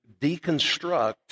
deconstruct